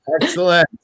Excellent